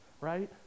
Right